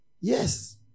Yes